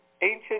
ancient